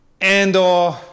andor